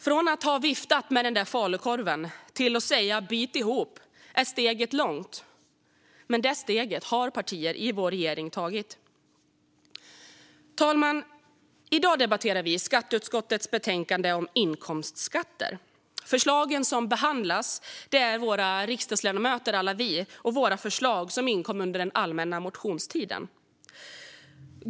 Från att ha viftat med den där falukorven till att säga bit ihop är steget långt, men detta steg har partier i vår regering tagit. Herr talman! I dag debatterar vi skatteutskottets betänkande om inkomstskatt. Förslagen som behandlas är riksdagsledamöternas och inkom under allmänna motionstiden.